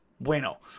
bueno